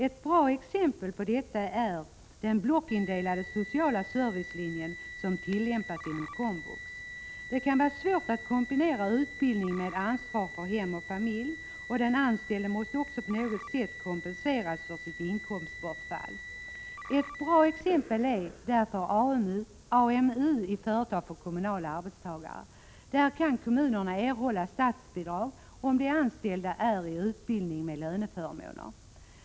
Ett bra exempel på detta är den blockindelning av sociala servicelinjen som tillämpas inom komvux. Det kan vara svårt att kombinera utbildning med ansvar för hem och familj, och den anställde måste också på något sätt kompenseras för sitt inkomstbortfall. Ett bra exempel är AMU i företag för kommunala arbetsgivare. Där kan kommunen erhålla statsbidrag om de anställda är i utbildning med löneförmåner.